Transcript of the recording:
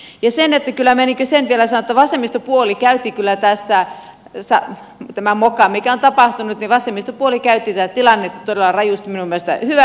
ja kyllä minä sen vielä sanon että vasemmistopuoli käytti kyllä tässä tämä moka mikä on tapahtunut tätä tilannetta todella rajusti minun mielestäni hyväksensä